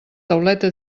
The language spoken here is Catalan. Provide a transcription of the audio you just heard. tauleta